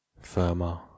firmer